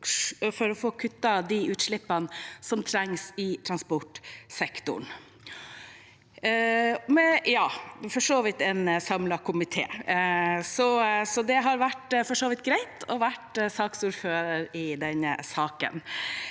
for å få kuttet de utslippene som trengs i transportsektoren. Med en for så vidt samlet komité har det for så vidt vært greit å være saksordfører i denne saken.